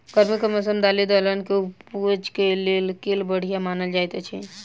गर्मी केँ मौसम दालि दलहन केँ उपज केँ लेल केल बढ़िया मानल जाइत अछि?